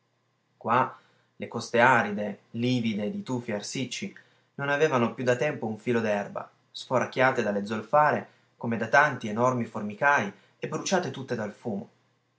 qua le coste aride livide di tufi arsicci non avevano più da tempo un filo d'erba sforacchiate dalle zolfare come da tanti enormi formicaj e bruciate tutte dal fumo